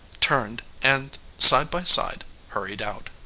turned, and side by side hurried out.